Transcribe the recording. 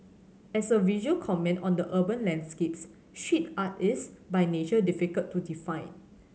as a visual comment on the urban landscapes street art is by nature difficult to define